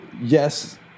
yes